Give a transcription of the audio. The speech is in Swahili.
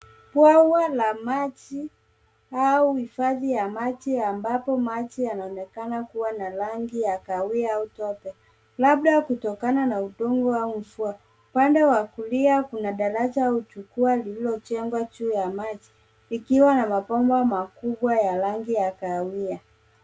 Bwawa la maji au hifadhi ya maji ambapo maji yanaonekana kuwa na rangi ya kahawia au tope, labda kutokana na udongo au mvua. Upande wa kulia kuna daraja au jukwaa lililojengwa juu ya maji, ikiwa na mabomba makubwa ya rangi ya kahawia.